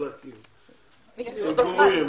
מוסדות ישראלים.